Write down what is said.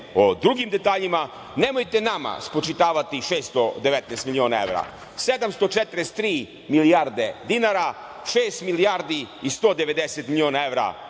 o drugim detaljima nemojte nama spočitavati 619 miliona evra, 743 milijarde dinara, šest milijardi i 190 miliona evra